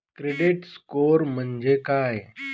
Credit score म्हणजे काय?